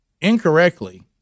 incorrectly